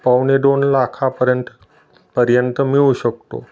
पावणे दोन लाखापर्यंत पर्यंत मिळू शकतो